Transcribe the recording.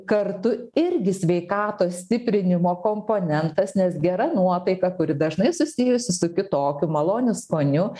kartu irgi sveikatos stiprinimo komponentas nes gera nuotaika kuri dažnai susijusi su kitokiu maloniu skoniu